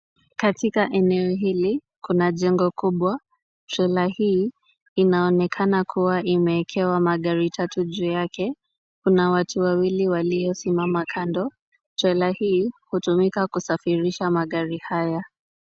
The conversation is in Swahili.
Katika eneo hili kuna jengo kubwa. Trela hii inaonekana kuwa imeekewa magari tatu juu yake. Kuna watu wawili waliosimama kando. Trela hii hutumika kusafirisha magari haya.